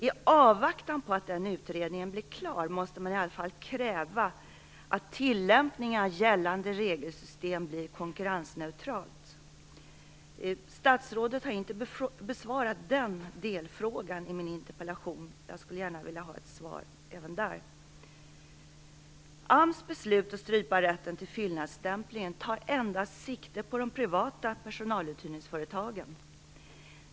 I avvaktan på att den utredningen blir klar måste man i alla fall kräva att tillämpningen av gällande regelsystem blir konkurrensneutral. Statsrådet har inte besvarat den delfrågan i min interpellation. Jag skulle vilja ha ett svar även på den. AMS beslut att slopa rätten till fyllnadsstämpling tar sikte endast på de privata personaluthyrningsföretagen.